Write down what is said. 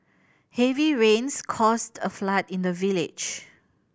heavy rains caused a flood in the village